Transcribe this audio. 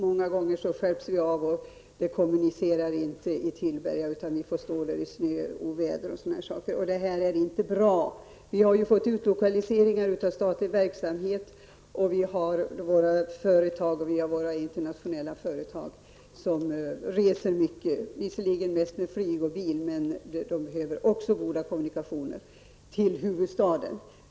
Många gånger stjälps vi av och kommunikationen fungerar inte i Tillberga, utan vi får stå där i snöoväder och liknande. Det är inte bra. Vi har ju fått till stånd utlokalisering av statlig verksamhet, och vi har våra internationella företag, där man reser mycket, låt vara mest med bil och flyg, men de behöver också goda kommunikationer till huvudstaden.